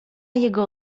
jego